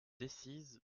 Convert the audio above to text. decize